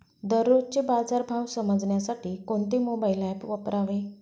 दररोजचे बाजार भाव समजण्यासाठी कोणते मोबाईल ॲप वापरावे?